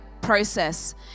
process